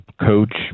coach